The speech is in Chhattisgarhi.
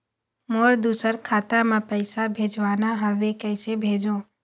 मोर दुसर खाता मा पैसा भेजवाना हवे, कइसे भेजों?